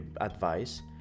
advice